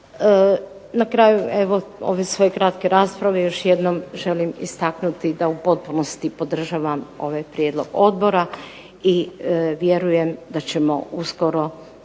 Na kraju evo ove svoje kratke rasprave još jednom želim istaknuti da u potpunosti podržavam ovaj prijedlog odbora, i vjerujem da ćemo uskoro